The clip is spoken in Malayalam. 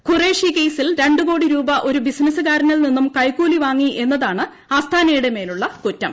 ഖുറേഷി കേസിൽ രണ്ടു കോടി രൂപ ഒരു ബിസിനസ്സുകാരനിൽ നിന്നും കൈക്കൂലി വാങ്ങി എന്നതാണ് അസ്താനയുടെ മേലുള്ള കുറ്റം